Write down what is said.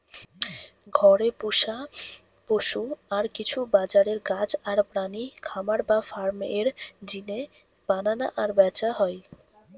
ঘরে পুশা পশু আর কিছু বাজারের গাছ আর প্রাণী খামার বা ফার্ম এর জিনে বানানা আর ব্যাচা হয়